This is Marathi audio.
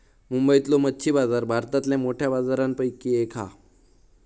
मुंबईतलो मच्छी बाजार भारतातल्या मोठ्या बाजारांपैकी एक हा